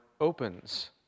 opens